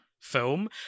film